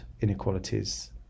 inequalities